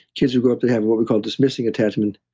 kids who grow up to have what we call dismissing attachment,